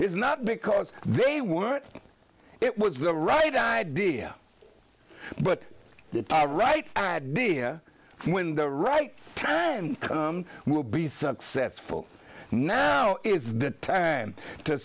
is not because they weren't it was the right idea but the right idea when the right time will be successful now is the time to